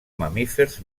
mamífers